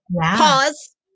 Pause